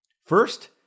First